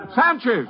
Sanchez